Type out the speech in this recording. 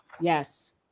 Yes